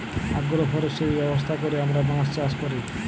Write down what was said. agro forestry ব্যবস্থা ক্যইরে আমরা বাঁশ চাষ ক্যরি